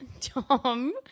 Tom